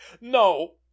no